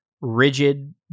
rigid